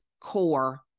core